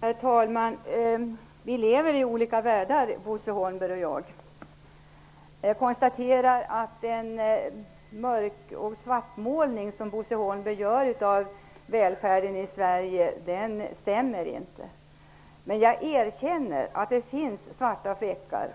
Herr talman! Bo Holmberg och jag lever i olika världar. Jag konstaterar att den svartmålning som Bo Holmberg gör av välfärden i Sverige i dag inte stämmer. Men jag erkänner att det finns svarta fläckar.